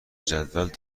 جدول